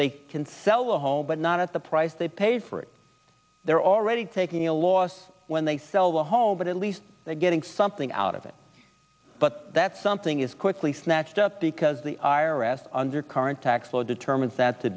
they can sell the home but not at the price they paid for it they're already taking a loss when they sell the home but at least they're getting something out of it but that something is quickly snatched up because the i r s under current tax law determines that to